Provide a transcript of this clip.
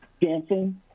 dancing